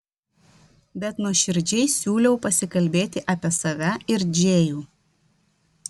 bet nuoširdžiai siūliau pasikalbėti apie save ir džėjų